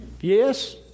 Yes